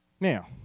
Now